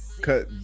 cut